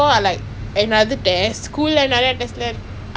that's why she can even see the ground or not